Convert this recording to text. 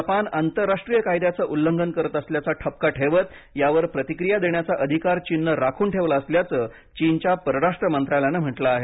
Japan आंतरराष्ट्रीय कायद्याचे उल्लंघन करत असल्याचा ठपका ठेवत यावर प्रतिक्रिया देण्याचा अधिकार चीनने राखून ठेवला असल्याचं चीनच्या परराष्ट्र मंत्रालयानं म्हटलं आहे